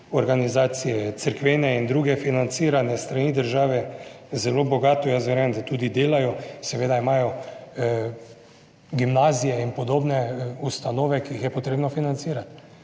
organizacije cerkvene in druge financirane s strani države zelo bogato, jaz verjamem, da tudi delajo, seveda imajo gimnazije in podobne ustanove, ki jih je potrebno financirati,